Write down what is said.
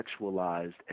sexualized